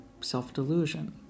self-delusion